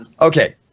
Okay